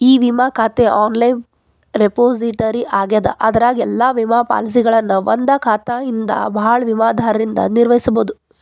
E ವಿಮಾ ಖಾತೆ online repository ಆಗ್ಯದ ಅದರಾಗ ಎಲ್ಲಾ ವಿಮಾ ಪಾಲಸಿಗಳನ್ನ ಒಂದಾ ಖಾತೆಯಿಂದ ಭಾಳ ವಿಮಾದಾರರಿಂದ ನಿರ್ವಹಿಸಬೋದು